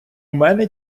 мене